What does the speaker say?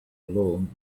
alone